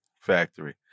Factory